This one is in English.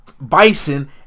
Bison